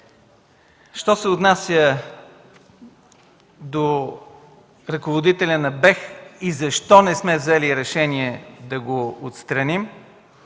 Що се отнася до ръководителя на БЕХ и защо не сме взели решение да го отстраним.